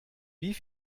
wie